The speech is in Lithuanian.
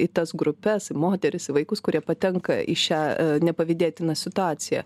į tas grupes į moteris į vaikus kurie patenka į šią nepavydėtiną situaciją